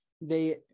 they-